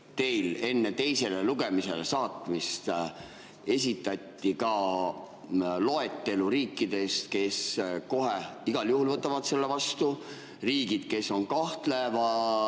teile enne teisele lugemisele saatmist esitati ka loetelu riikidest, kes kohe igal juhul võtavad selle vastu, riikidest, kes on kahtleval